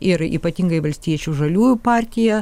ir ypatingai valstiečių žaliųjų partija